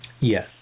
Yes